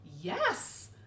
yes